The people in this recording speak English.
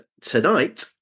tonight